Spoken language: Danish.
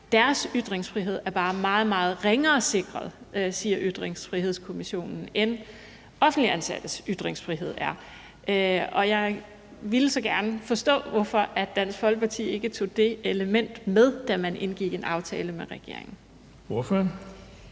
Deres ytringsfrihed er bare meget, meget ringere sikret, siger Ytringsfrihedskommissionen, end offentligt ansattes ytringsfrihed er. Jeg ville så gerne forstå, hvorfor Dansk Folkeparti ikke tog det element med, da man indgik en aftale med regeringen.